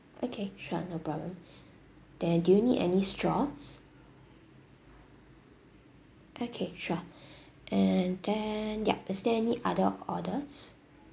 okay sure no problem then do you need any straws okay sure and then yup is there any other orders